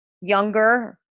younger